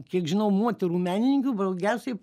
kiek žinau moterų menininkių brangiausiai